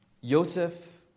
Yosef